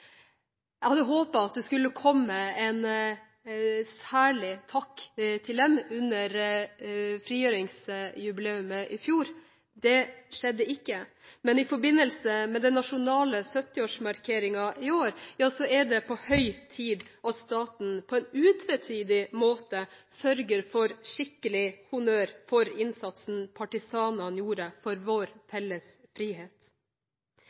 Jeg hadde håpet at det skulle komme en særlig takk til dem under frigjøringsjubileet i fjor. Det skjedde ikke. Men i forbindelse med den nasjonale 70-årsmarkeringen i år er det på høy tid at staten – på en utvetydig måte – sørger for skikkelig honnør for innsatsen partisanene gjorde for vår felles frihet.